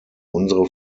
unsere